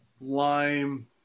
lime